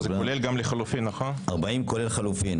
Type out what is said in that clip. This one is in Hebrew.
רוויזיה.